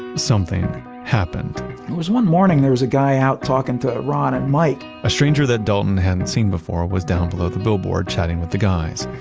something happened it was one morning, there was a guy out talking to ron and mike. a stranger that dalton hadn't seen before was down below the billboard chatting with the guys.